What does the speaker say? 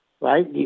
right